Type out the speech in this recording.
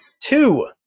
Two